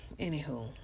anywho